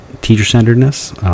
teacher-centeredness